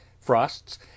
frosts